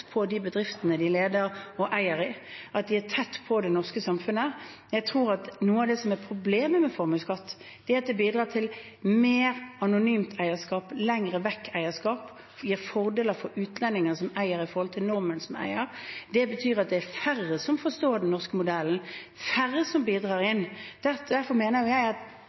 på de bedriftene de leder og er eiere i, at de er tett på det norske samfunnet. Jeg tror at noe av det som er problemet med formuesskatt, er at det bidrar til mer anonymt eierskap, lenger-vekk-eierskap, gir fordeler for utlendinger som eier i forhold til nordmenn som eier. Det betyr at er det færre som forstår den norske modellen, færre som bidrar inn. Derfor mener jeg at